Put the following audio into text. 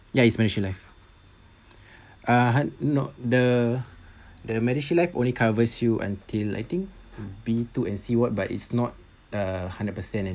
ya it's medishield life uh had not the the medishield life only covers you until I think B two and C ward but it's not a hundred percent